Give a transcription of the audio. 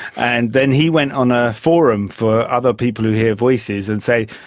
and then he went on a forum for other people who hear voices and say,